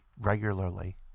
regularly